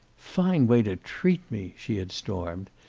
fine way to treat me! she had stormed,